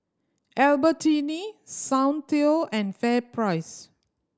Albertini Soundteoh and FairPrice